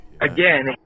again